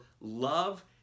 love